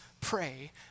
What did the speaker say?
pray